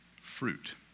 fruit